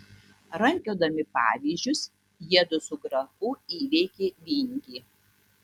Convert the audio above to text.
rankiodami pavyzdžius jiedu su grafu įveikė vingį